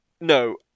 No